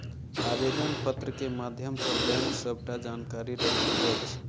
आवेदन पत्र के माध्यम सॅ बैंक सबटा जानकारी रखैत अछि